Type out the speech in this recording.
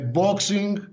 boxing